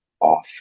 off